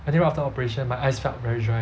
I think right after operation my eyes felt very dry